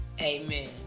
amen